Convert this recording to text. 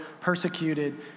persecuted